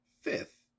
fifth